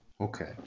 Okay